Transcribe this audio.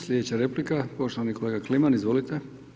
Sljedeća replika poštovani kolega Kliman, izvolite.